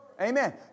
Amen